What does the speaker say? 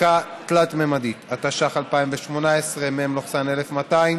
(חלקה תלת-ממדית), התשע"ח 2018 (מ/1200),